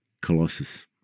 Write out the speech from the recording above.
Colossus